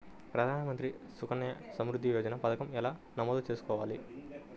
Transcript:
ప్రధాన మంత్రి సుకన్య సంవృద్ధి యోజన పథకం ఎలా నమోదు చేసుకోవాలీ?